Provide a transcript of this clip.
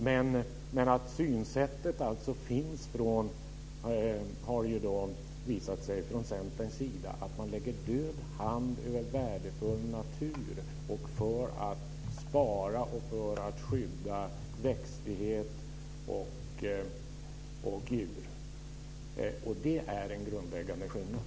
Men det har visat sig att Centern har synsättet att man lägger död hand över värdefull natur för att skydda växtlighet och djur. Och det är en grundläggande skillnad.